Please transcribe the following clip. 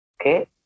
Okay